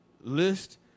List